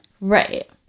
Right